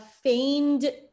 feigned